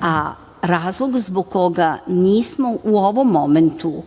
a razlog zbog koga nismo u ovom momentu